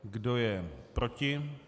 Kdo je proti?